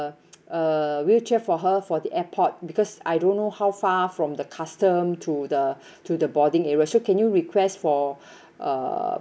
a wheelchair for her for the airport because I don't know how far from the custom to the to the boarding areas so can you request for a